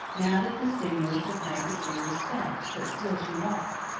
now that the stimulus of frantic fear was spent but still she walked.